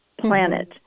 planet